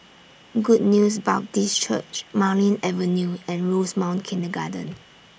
Good News Baptist Church Marlene Avenue and Rosemount Kindergarten